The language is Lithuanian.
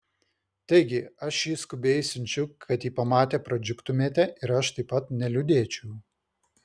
taigi aš jį skubiai siunčiu kad jį pamatę pradžiugtumėte ir aš taip pat neliūdėčiau